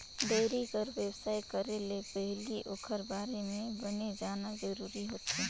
dairy कर बेवसाय करे ले पहिली ओखर बारे म बने जानना जरूरी होथे